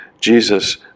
Jesus